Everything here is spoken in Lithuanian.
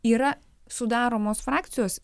yra sudaromos frakcijos